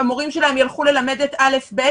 המורים שלהם ילכו ללמד את א' ב',